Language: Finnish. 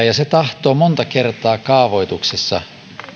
ja se tahtoo monta kertaa kaavoituksessa